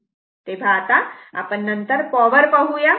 तेव्हा आता नंतर पॉवर पाहूया